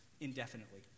indefinitely